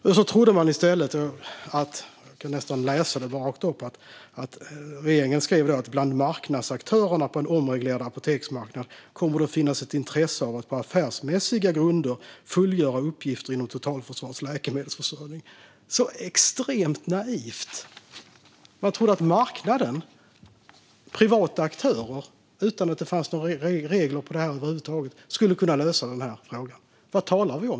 I stället trodde man - och nu läser jag vad regeringen skriver - att "det bland marknadsaktörerna på en omreglerad apoteksmarknad kommer att finnas ett intresse för att på affärsmässiga grunder fullgöra uppgifter inom totalförsvarets läkemedelsförsörjning". Så extremt naivt! Man trodde att marknaden, privata aktörer, utan att det fanns några regler kring det här över huvud taget, skulle kunna lösa frågan. Vad talar vi om?